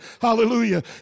Hallelujah